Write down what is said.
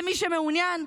למי שמעוניין,